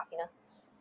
happiness